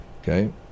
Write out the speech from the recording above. Okay